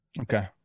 Okay